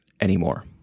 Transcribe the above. anymore